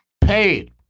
Paid